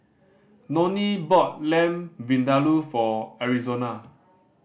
Nonie bought Lamb Vindaloo for Arizona